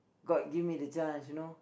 god give me the chance you know